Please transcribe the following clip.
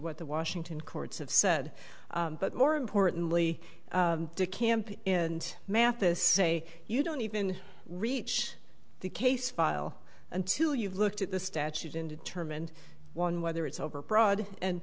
what the washington courts have said but more importantly to camp in mathis say you don't even reach the case file until you've looked at the statute in determined one whether it's overbroad and